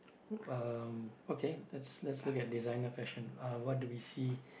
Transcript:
um okay let's let's look at designer fashion uh what do we see